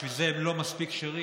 בשביל זה הם לא מספיק כשרים,